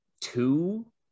two